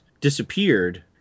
disappeared